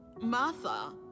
Martha